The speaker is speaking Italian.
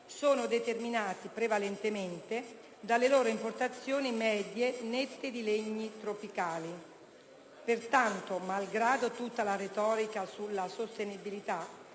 sono determinati prevalentemente dalle loro importazioni medie nette di legni tropicali. Pertanto, malgrado tutta la retorica sulla sostenibilità,